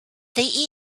they